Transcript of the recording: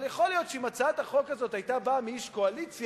אבל יכול להיות שאם הצעת החוק הזאת היתה באה מאיש קואליציה,